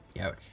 Ouch